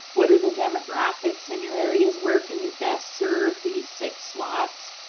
what are the demographics in your areas? where can you best serve these six slots?